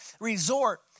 resort